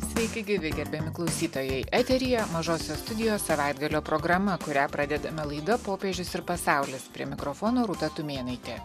sveiki gyvi gerbiami klausytojai eteryje mažosios studijos savaitgalio programa kurią pradedame laida popiežius ir pasaulis prie mikrofono rūta tumėnaitė